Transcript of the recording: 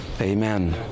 amen